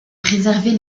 préserver